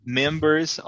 members